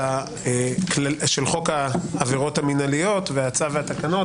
חוק העבירות המנהליות והצו והתקנות,